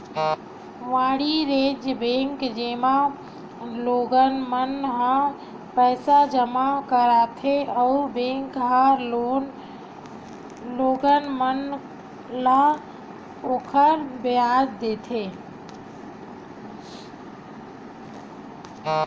वाणिज्य बेंक, जेमा लोगन मन ह पईसा जमा करथे अउ बेंक ह लोगन मन ल ओखर बियाज देथे